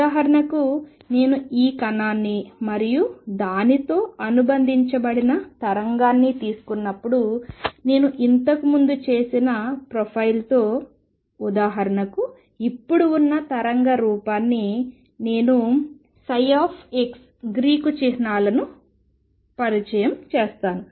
ఉదాహరణకు నేను ఈ కణాన్ని మరియు దానితో అనుబంధించబడిన తరంగాన్ని తీసుకున్నప్పుడు నేను ఇంతకు ముందు చేసిన ప్రొఫైల్తో ఉదాహరణకు ఇప్పుడు ఉన్న తరంగ రూపాన్ని నేను ఈ x గ్రీకు చిహ్నాలను పరిచయం చేస్తాను